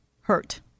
hurt